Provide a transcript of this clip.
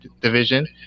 division